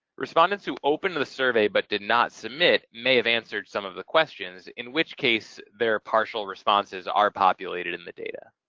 respondents who opened the survey but did not submit may have answered some of the questions in which case their partial responses are populated in the data.